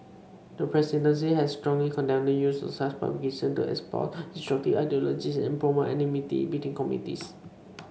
the presidency has strongly condemned the use of such publications to espouse destructive ideologies and promote enmity between communities